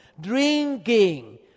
drinking